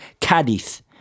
Cadiz